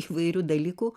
įvairių dalykų